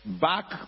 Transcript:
back